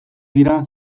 dira